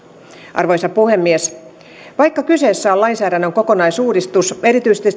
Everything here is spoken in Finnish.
arvoisa puhemies vaikka kyseessä on lainsäädännön kokonaisuudistus erityisesti